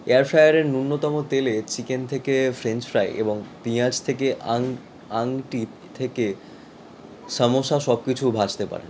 air ফ্রায়ারের ন্যূনতম তেলে চিকেন থেকে ফ্রেঞ্চ ফ্রাই এবং পিঁয়াজ থেকে আং আংটি থেকে সামোসা সব কিছু ভাজতে পারে